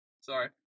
Sorry